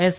S